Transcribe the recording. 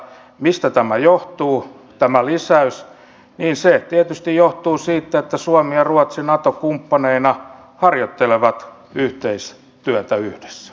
mistä tämä lisäys johtuu niin se tietysti johtuu siitä että suomi ja ruotsi nato kumppaneina harjoittelevat yhteistyötä yhdessä